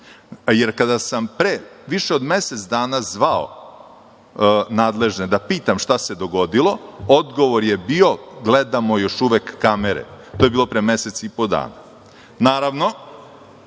Kada sam pre više od mesec dana zvao nadležne da pitam šta se dogodilo, odgovor je bio – gledamo još uvek kamere. To je bilo pre mesec i po dana. Naravno,